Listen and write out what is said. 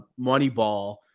Moneyball